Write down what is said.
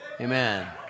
Amen